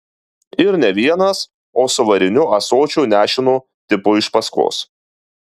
ir ne vienas o su variniu ąsočiu nešinu tipu iš paskos